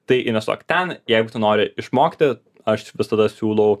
tai investuok ten jeigu tu nori išmokti aš visada siūlau